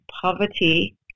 poverty